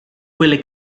quelle